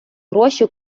гроші